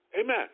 Amen